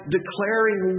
declaring